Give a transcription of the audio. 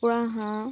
কুকুৰা হাঁহ